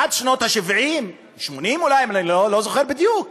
עד שנות ה-70, 80 אולי, אני לא זוכר בדיוק,